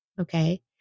Okay